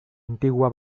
antigua